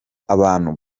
abantu